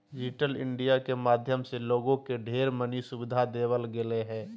digital India के माध्यम से लोगों के ढेर मनी सुविधा देवल गेलय ह